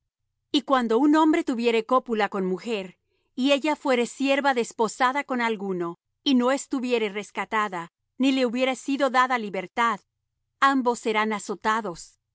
y cuando un hombre tuviere cópula con mujer y ella fuere sierva desposada con alguno y no estuviere rescatada ni le hubiere sido dada libertad ambos serán azotados